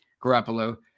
Garoppolo